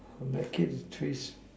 make it a twist